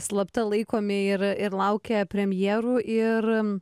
slapta laikomi ir ir laukia premjerų ir